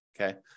Okay